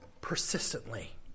persistently